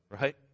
Right